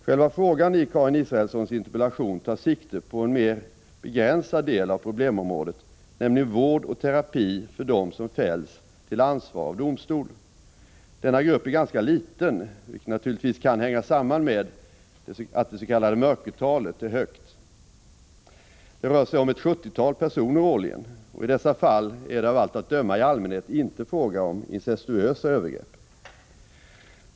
Själva frågan i Karin Israelssons interpellation tar sikte på en mera begränsad del av problemområdet, nämligen vård och terapi för dem som fälls till ansvar av domstol. Denna grupp är ganska liten, vilket naturligtvis kan hänga samman med att det s.k. mörkertalet är högt. Det rör sig om ett sjuttiotal personer årligen, och i dessa fall är det av allt att döma i allmänhet inte fråga om incestuösa övergrepp.